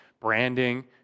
branding